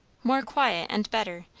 more quiet and better,